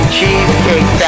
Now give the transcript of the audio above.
Cheesecake